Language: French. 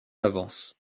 avances